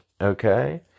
okay